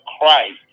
Christ